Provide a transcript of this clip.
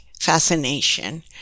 fascination